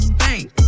bank